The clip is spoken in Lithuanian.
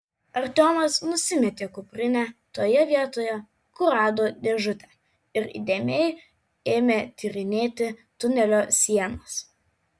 artiomas nusimetė kuprinę toje vietoje kur rado dėžutę ir įdėmiai ėmė tyrinėti tunelio sienas